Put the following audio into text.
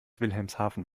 wilhelmshaven